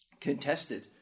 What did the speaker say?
contested